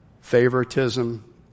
Favoritism